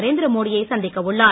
நரேந்திர மோடியை சந்திக்க உள்ளார்